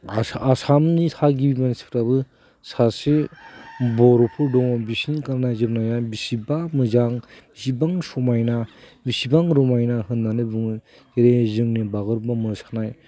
आसामनि थागिबि मानसिफ्राबो सासे बर'फोर दङ बिसोरनि गाननाय जोमनाय बेसेबा मोजां बेसेबां समायना बेसेबां रमायना होननानै बुङो जेरैहाय जोंनि बागुरुम्बा मोसानाय